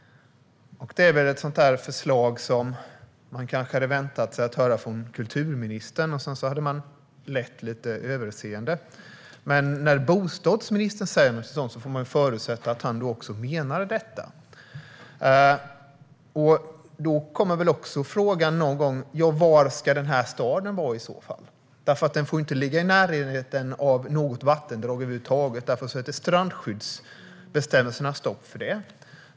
Det är ett sådant där förslag som man kanske hade väntat sig att höra från kulturministern och sedan lett lite överseende åt. Men när bostadsministern säger något sådant får man förutsätta att han också menar det. Då kommer någon gång frågan: Var ska denna stad i så fall ligga? Den får ju inte ligga i närheten av något vattendrag över huvud taget. Det sätter strandskyddsbestämmelserna stopp för.